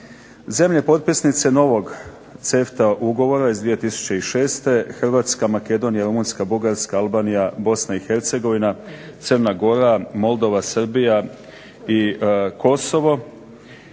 Zemlje potpisnice novog CEFTA ugovora iz 2006. HRvatska, Makedonija, Rumunjska, Bugarska, Albanija, Bosna i Hercegovina, Crna Gora, Moldova, Srbija i Kosovo